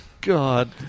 God